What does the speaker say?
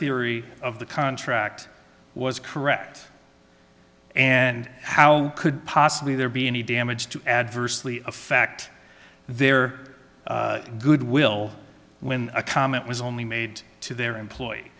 theory of the contract was correct and how could possibly there be any damage to adversely affect their goodwill when a comment was only made to their employee